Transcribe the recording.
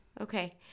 Okay